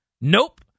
Nope